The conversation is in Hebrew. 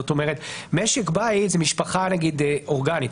משק בית זה משפחה אורגנית.